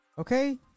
okay